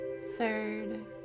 third